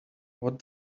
what